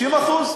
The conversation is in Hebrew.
60%?